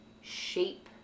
shape